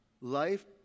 Life